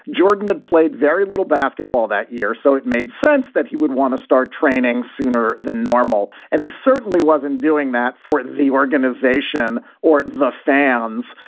jordan had played very little basketball that year, so it made sense that he would want to start training sooner than normal. and he certainly wasn't doing that for the organization or the fans.